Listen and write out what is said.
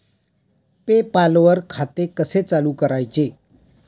पे पाल वर खाते कसे चालु करायचे